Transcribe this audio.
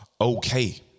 okay